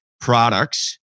products